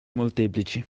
molteplici